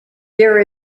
there